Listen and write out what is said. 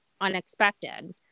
unexpected